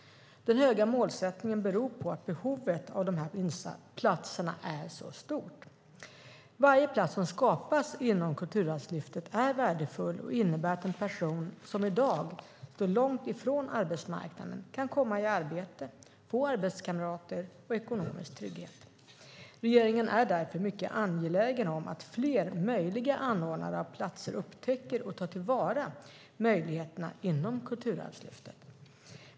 Den höga målsättningen beror på att behovet av de här platserna är så stort. Varje plats som skapas inom Kulturarvslyftet är värdefull och innebär att en person som i dag står långt från arbetsmarknaden kan komma i arbete, få arbetskamrater och få ekonomisk trygghet. Regeringen är därför mycket angelägen om att fler möjliga anordnare av platser upptäcker och tar till vara möjligheterna inom Kulturarvslyftet.